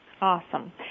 Awesome